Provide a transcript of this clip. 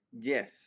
Yes